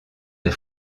des